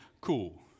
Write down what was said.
Cool